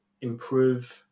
improve